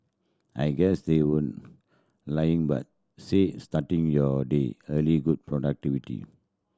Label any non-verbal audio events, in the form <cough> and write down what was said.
I guess they <unintelligible> lying <unintelligible> said starting your day early good productivity